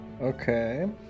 Okay